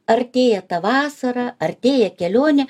artėja ta vasara artėja kelionė